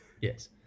Yes